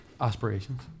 aspirations